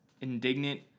indignant